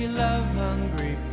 love-hungry